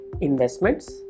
investments